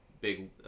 big